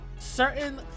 certain